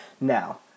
now